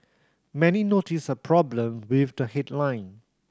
many noticed a problem with the headline